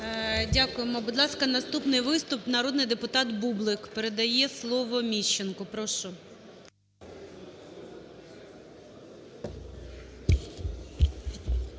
Дякуємо. Будь ласка, наступний виступ – народний депутат Бублик. Передає слово Міщенку. Прошу.